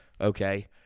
okay